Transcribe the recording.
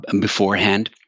beforehand